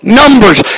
numbers